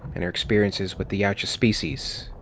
and her experiences with the yautja species.